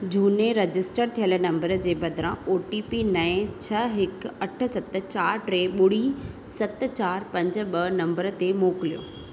जूने रजिस्टर थियल नंबर जे बदिरां ओ टी पी नएं छह हिकु अठ सत चारि टे ॿुड़ी सत चारि पंज ॿ नंबर ते मोकलियो